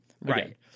right